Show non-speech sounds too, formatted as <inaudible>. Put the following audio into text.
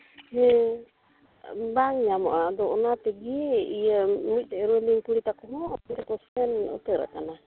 ᱦᱮᱸ ᱵᱟᱝ ᱧᱟᱢᱚᱜᱼᱟ ᱟᱫᱚ ᱚᱱᱟ ᱛᱮᱜᱮ ᱤᱭᱟᱹ ᱢᱤᱫᱴᱮᱡ ᱤᱨᱤᱞᱤᱧ ᱠᱩᱲᱤ ᱛᱟᱠᱚ <unintelligible> ᱩᱛᱟᱹᱨ ᱟᱠᱟᱱᱟ